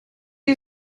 you